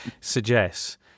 suggests